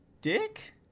dick